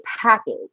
package